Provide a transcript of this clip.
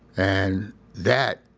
and that,